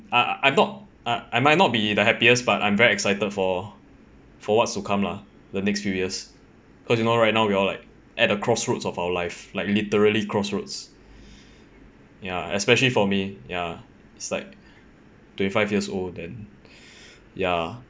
I I'm not I I might not be the happiest but I'm very excited for for what's to come lah the next few years cause you know right now we all like at a crossroads of our life like literally crossroads ya especially for me ya it's like twenty five years old then ya